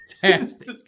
Fantastic